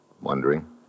Wondering